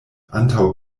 antaŭ